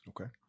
Okay